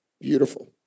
Beautiful